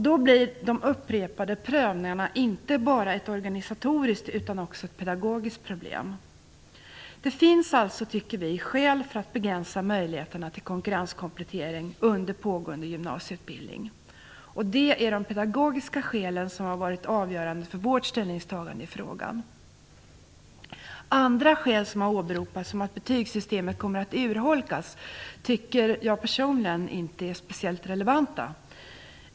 Då blir de upprepade prövningarna inte bara ett organisatoriskt utan också ett pedagogiskt problem. Det finns alltså enligt vår mening skäl för att begränsa möjligheterna till konkurrenskomplettering under pågående gymnasieutbildning. Det är de pedagogiska skälen som har varit avgörande för vårt ställningstagande i frågan. Andra skäl som har åberopats, som att betygssystemet kommer att urholkas, tycker jag personligen inte är speciellt relevanta.